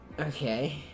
Okay